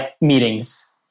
meetings